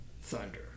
thunder